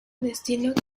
destino